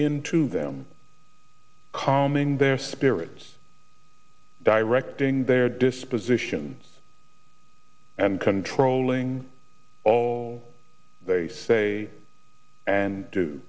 into them coming their spirits directing their disposition and controlling all they say and do